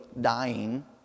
dying